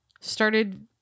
started